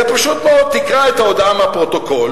זה פשוט מאוד, תקרא את ההודעה בפרוטוקול